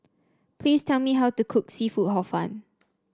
please tell me how to cook seafood Hor Fun